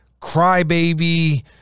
crybaby